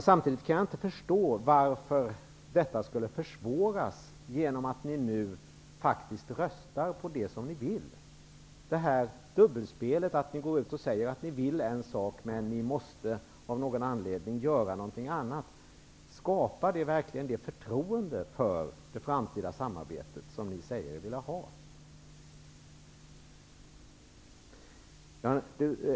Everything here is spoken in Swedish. Samtidigt kan jag inte förstå varför detta skulle försvåras, genom att ni nu röstar på det som ni vill. Det är ju ett dubbelspel, när ni går ut och säger att ni vill en sak men av någon anledning måste göra någonting annat. Skapar det verkligen det förtroende för det framtida samarbete som ni säger er vilja ha?